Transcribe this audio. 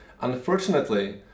Unfortunately